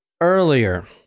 earlier